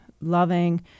loving